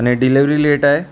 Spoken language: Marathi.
आणि डिलेवरी लेट आहे